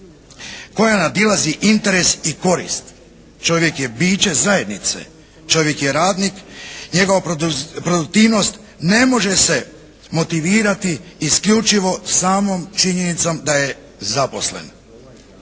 koja nadilazi interes i korist. Čovjek je biće zajednice, čovjek je radnik, njegova produktivnost ne može se motivirati isključivo samom činjenicom da je zaposlen.